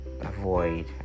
avoid